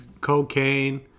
cocaine